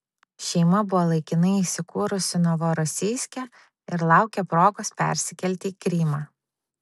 šeima buvo laikinai įsikūrusi novorosijske ir laukė progos persikelti į krymą